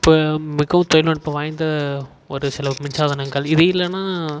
இப்போ மிகவும் தொழில்நுட்பம் வாய்ந்த ஒரு சில மின்சாதனங்கள் இது இல்லைன்னா